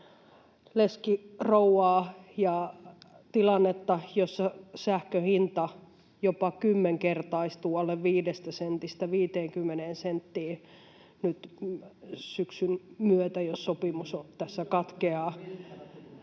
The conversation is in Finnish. leskirouvaa ja tilannetta, jossa sähkön hinta jopa kymmenkertaistuu alle viidestä sentistä 50 senttiin nyt syksyn myötä, jos sopimus tässä katkeaa,